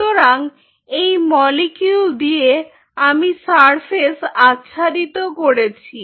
সুতরাং এই মলিকিউল দিয়ে আমি সারফেস্ আচ্ছাদিত করেছি